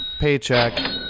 paycheck